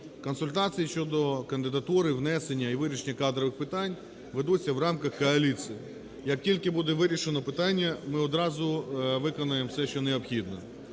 Консультацій щодо кандидатури внесення і вирішення кадрових питань ведуться в рамках коаліції. Як тільки буде вирішено питання, ми одразу виконаємо все, що необхідно.